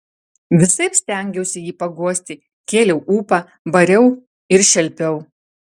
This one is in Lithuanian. visaip stengiausi jį paguosti kėliau ūpą bariau ir šelpiau